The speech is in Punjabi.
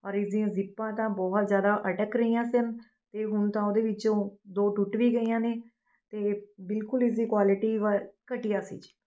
ਔਰ ਇਸ ਦੀਆਂ ਜ਼ਿੱਪਾਂ ਦਾ ਤਾਂ ਬਹੁਤ ਜ਼ਿਆਦਾ ਅਟਕ ਰਹੀਆਂ ਸਨ ਇਹ ਹੁਣ ਤਾਂ ਉਹਦੇ ਵਿੱਚੋਂ ਦੋ ਟੁੱਟ ਵੀ ਗਈਆਂ ਨੇ ਅਤੇ ਬਿਲਕੁਲ ਇਸ ਦੀ ਕੁਆਲਿਟੀ ਵ ਘਟੀਆ ਸੀ ਜੀ